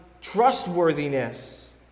trustworthiness